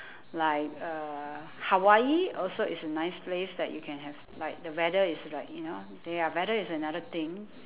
like uh hawaii also is a nice place like you can have like the weather is like you know their weather is another thing